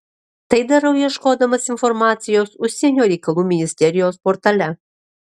tai darau ieškodamas informacijos užsienio reikalų ministerijos portale